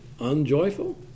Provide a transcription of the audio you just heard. unjoyful